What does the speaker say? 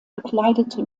bekleidete